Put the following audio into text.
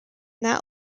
that